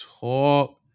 talk